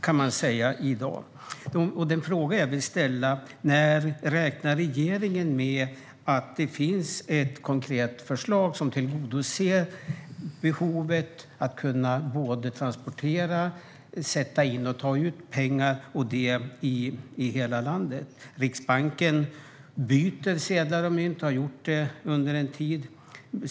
Jag vill fråga när regeringen räknar med att det finns ett konkret förslag som tillgodoser behovet att kunna transportera, sätta in och ta ut pengar i hela landet. Riksbanken byter sedlar och mynt och har gjort det under en tid.